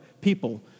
people